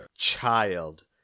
Child